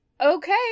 okay